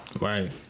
Right